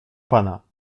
pana